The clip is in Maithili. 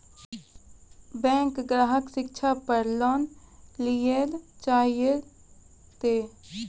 बैंक ग्राहक शिक्षा पार लोन लियेल चाहे ते?